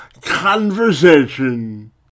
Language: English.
conversation